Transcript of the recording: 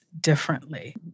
differently